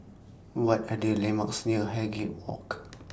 What Are The landmarks near Highgate Walk